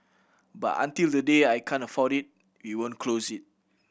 but until the day I can't afford it we won't close it